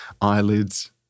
eyelids